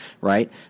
right